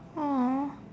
!aww!